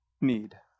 need